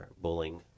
bullying